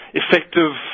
effective